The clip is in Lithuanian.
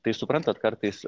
tai suprantat kartais